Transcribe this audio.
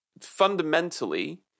fundamentally